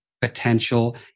potential